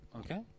okay